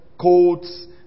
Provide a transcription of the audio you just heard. coats